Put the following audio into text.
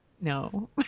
no